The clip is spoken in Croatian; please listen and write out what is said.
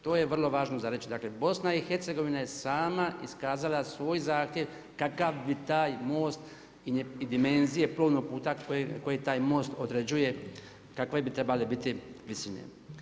To je vrlo važno za reći, dakle, BiH je sama iskazala svoj zahtjev kakav bi taj most i dimenzije plovnog puta koje taj most određuje, kakve bi trebale biti visine.